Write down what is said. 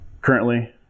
Currently